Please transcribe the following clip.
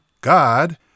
God